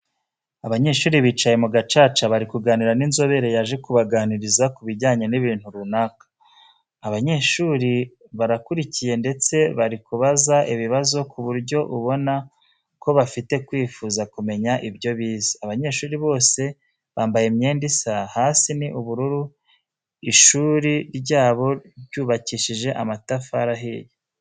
Abanyeshuri bicaye mu gacaca bari kuganira n'inzobere yaje kubaganiriza kubijyanye n'ibintu runaka, abanyeshuri barakurikiye ndetse bari kubaza ibibazo ku buryo ubona ko bafite kwifuza kumenya ibyo bize. Abanyeshuri bose bambaye imyenda isa, hasi ni ubururu, ishuri ryabo ryubakishije amatafari ahiye.